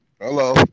Hello